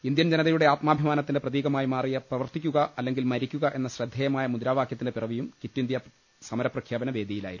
Indian ജനത യുടെ ആത്മാഭിമാനത്തിന്റെ പ്രതീകമായി മാറിയ പ്രവർത്തിക്കുക അല്ലെങ്കിൽ മരിക്കുക എന്ന ശ്രദ്ധേയ മായ മുദ്രാവാക്യത്തിന്റെ പിറവിയും കിറ്റ് ഇന്ത്യാ സമര പ്രഖ്യാപന വേദിയിലായിരുന്നു